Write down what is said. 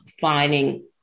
finding